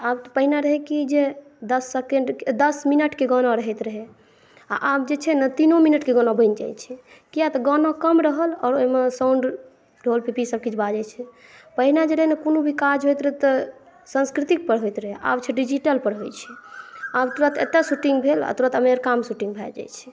पहिने रहै कि जे दश सकेंड दश मिनटक गाना रहैत रहै आब जे छै ने तीनू मिनटक गाना बनि जाइ छै किया तऽ गाना कम रहल आ ओहिमे साउंड ढोल पिपहीसभ किछु बाजय छै पहिने जे रहय न कोनो भी काज होयत रहय तऽ संस्कृतिक पर होयत रहय आब छै डिजिटल पर होय छै आब तुरंत एतय शूटिंग भेल तुरंत अमेरिकाम शूटिंग भै जाय छै